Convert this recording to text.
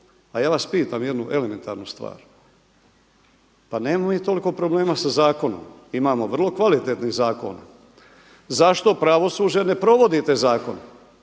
a ja vas pitam jednu elementarnu stvar. Pa nemamo mi toliko problema sa zakonom, imamo vrlo kvalitetnih zakona. Zašto pravosuđe ne provodi te zakone?